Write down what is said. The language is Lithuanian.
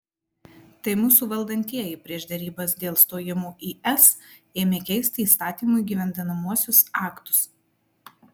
tai mūsų valdantieji prieš derybas dėl stojimo į es ėmė keisti įstatymų įgyvendinamuosius aktus